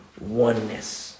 Oneness